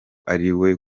ariwe